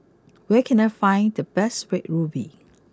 where can I find the best Red ruby